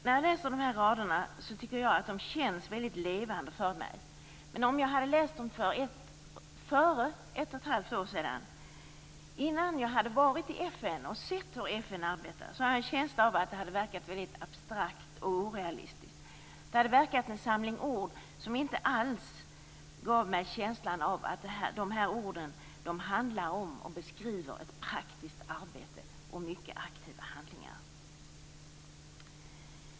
När jag läser dessa rader tycker jag att de känns väldigt levande för mig. Men om jag hade läst dem för mer än ett och ett halvt år sedan, innan jag hade varit i FN och sett hur FN arbetar, har jag en känsla av att de hade verkat väldigt abstrakta och orealistiska. Det hade verkat vara en samling ord som inte alls gav mig känslan av att beskriva ett praktiskt arbete och mycket aktiva handlingar.